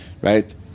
Right